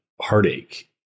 heartache